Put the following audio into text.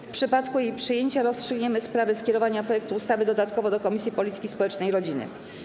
W przypadku jej przyjęcia rozstrzygniemy sprawę skierowania projektu ustawy dodatkowo do Komisji Polityki Społecznej i Rodziny.